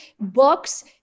books